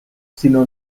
sinó